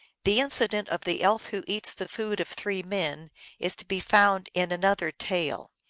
the incident of the elf who eats the food of three men is to be found in an other tale.